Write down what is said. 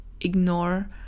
ignore